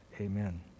Amen